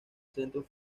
centro